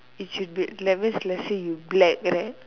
if you do that means let's say you black right